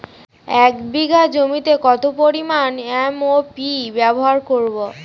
এক বিঘা জমিতে কত পরিমান এম.ও.পি ব্যবহার করব?